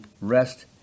rest